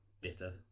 bitter